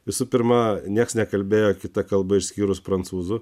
visų pirma niekas nekalbėjo kita kalba išskyrus prancūzų